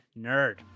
Nerd